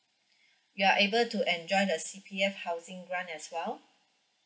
you are able to enjoy the C_P_F housing grant as well